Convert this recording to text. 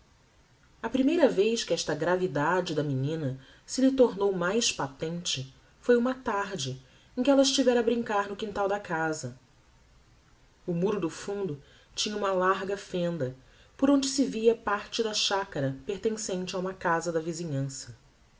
a primeira vez que esta gravidade da menina se lhe tornou mais patente foi uma tarde em que ella estivera a brincar no quintal da casa o muro do fundo tinha uma larga fenda por onde se via parte da chacara pertencente a uma casa da visinhança